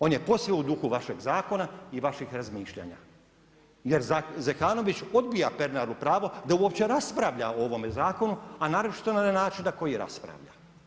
On je posve u duhu vašeg zakona i vaših razmišljanja jer Zekanović odbija Pernaru pravo da uopće raspravlja o ovome zakonu, a naročito na način na koji raspravlja.